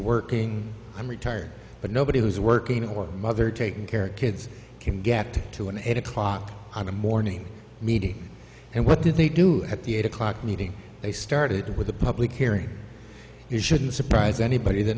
working i'm retired but nobody who's working or mother taking care of kids can get to an eight o'clock on a morning meeting and what did they do at the eight o'clock meeting they started with a public hearing it shouldn't surprise anybody that